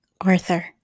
Arthur